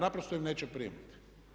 Naprosto im neće primiti.